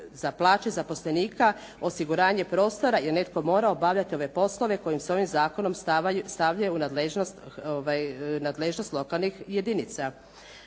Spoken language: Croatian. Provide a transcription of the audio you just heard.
za plaće zaposlenika, osiguranje prostora jer netko mora obavljati ove poslove koji se ovim zakonom stavljaju u nadležnost lokalnih jedinica.